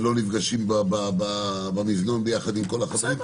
הם לא נפגשים במזנון ביחד עם כל החברים.